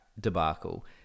debacle